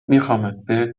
میخوامت، بهت